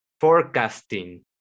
forecasting